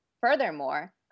Furthermore